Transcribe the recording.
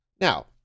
now